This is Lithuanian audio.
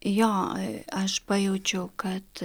jo aš pajaučiau kad